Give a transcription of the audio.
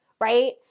Right